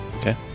Okay